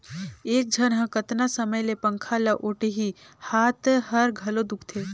एक झन ह कतना समय ले पंखा ल ओटही, हात हर घलो दुखते